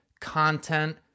content